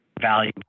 value